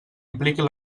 impliquin